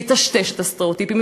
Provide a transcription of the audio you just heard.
ויטשטש את הסטריאוטיפים,